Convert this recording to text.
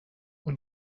اون